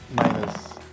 minus